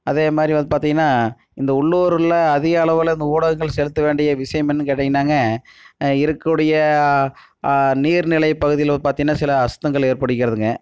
அதேமாதிரி வந்து பார்த்தீங்கன்னா இந்த உள்ளூரில் அதிகளவில் இந்த ஊடகங்கள் செலுத்த வேண்டிய விஷயம் என்னன்னு கேட்டீங்கனாங்க இருக்கக்கூடிய நீர்நிலைப் பகுதியில வந்து பார்த்தீங்கன்னா சில அசுத்தங்கள் ஏற்படுகிறதுங்க